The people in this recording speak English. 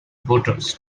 voters